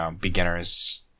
beginners